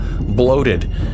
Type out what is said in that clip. bloated